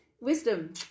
wisdom